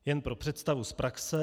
Jen pro představu z praxe.